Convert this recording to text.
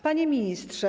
Panie Ministrze!